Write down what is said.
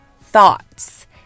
thoughts